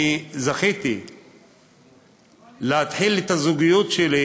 אני זכיתי להתחיל את הזוגיות שלי